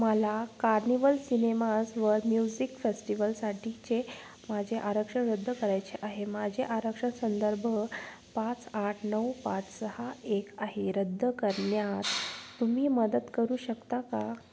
मला कार्निवल सिनेमाजवर म्युझिक फेस्टिवलसाठीचे माझे आरक्षण रद्द करायचे आहे माझे आरक्षण संदर्भ पाच आठ नऊ पाच सहा एक आहे रद्द करण्यात तुम्ही मदत करू शकता का